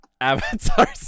Avatar